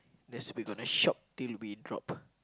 that's we gonna shop till we drop